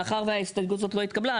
מאחר וההסתייגות הזאת לא התקבלה,